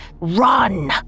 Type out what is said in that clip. run